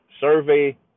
survey